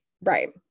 Right